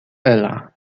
ela